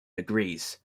agrees